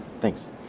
Thanks